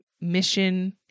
mission